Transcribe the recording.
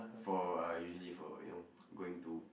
for uh usually for you know going to